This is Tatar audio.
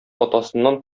атасыннан